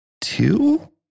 two